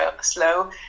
slow